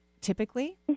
typically